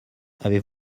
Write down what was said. avez